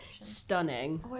stunning